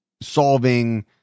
solving